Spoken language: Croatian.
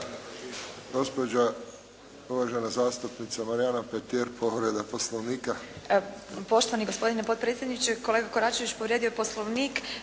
Gospođa, uvažena zastupnica Marijana Petir, povreda poslovnika.